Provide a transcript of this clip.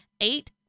eight